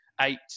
eight